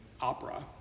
opera